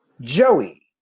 Joey